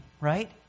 right